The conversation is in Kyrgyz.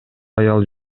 аял